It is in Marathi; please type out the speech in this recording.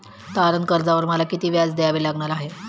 तारण कर्जावर मला किती व्याज द्यावे लागणार आहे?